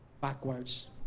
Backwards